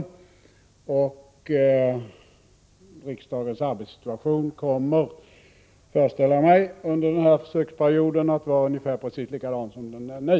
Jag föreställer mig att riksdagens arbetssituation under den här försöksperioden kommer att vara ungefär precis likadan som den är nu.